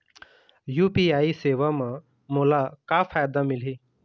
UPI सेवा म मोला का फायदा मिलही?